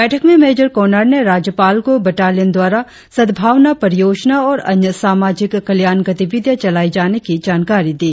बैठक में major Connor ने राज्यपाल को बटालियन द्वारा सदभावना परियोजना और अन्य सामाजिक कल्याण गतिविधिया चलाए जाने की जानकारी दी